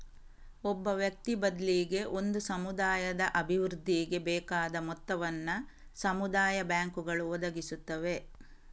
ಒಬ್ಬ ವ್ಯಕ್ತಿ ಬದ್ಲಿಗೆ ಒಂದು ಸಮುದಾಯದ ಅಭಿವೃದ್ಧಿಗೆ ಬೇಕಾದ ಮೊತ್ತವನ್ನ ಸಮುದಾಯ ಬ್ಯಾಂಕುಗಳು ಒದಗಿಸುತ್ತವೆ